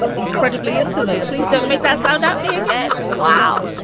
but incredibly into that, like don't make that sound at me again. wow.